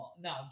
No